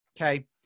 okay